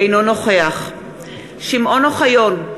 אינו נוכח שמעון אוחיון,